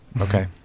okay